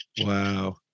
Wow